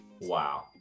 Wow